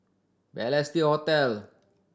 Balestier Hotel